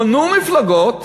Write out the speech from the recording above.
קנו מפלגות